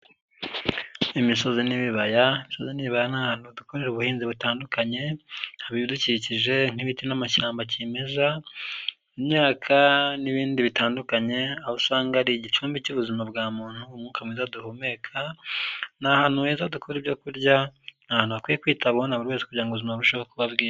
Imisozi n'ibibaya, imisozi n'ibibaya ni ahantu dukorera ubuhinzi butandukanye haba ibidukikije n'ibiti n'amashyamba kimeza, imyaka n'ibindi bitandukanye aho usanga ari igicumbi cy'ubuzima bwa muntu umwuka mwiza duhumeka, ni ahantu heza dukora ibyokurya ni ahantu hakwiye kwitaho naburi wese kugira ngo ubuzimarusheho kuba bwiza.